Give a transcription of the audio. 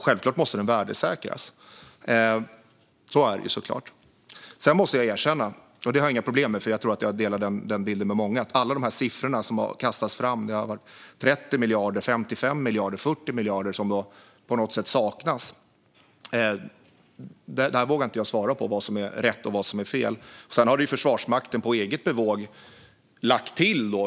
Självklart måste den värdesäkras; så är det såklart. Sedan måste jag erkänna att jag inte vågar svara på vad som är rätt och vad som är fel. Det har jag inte några problem med, för jag tror att jag delar bilden med många av att det har kastats fram olika belopp - 30 miljarder, 55 miljarder, 40 miljarder - som saknas.